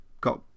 got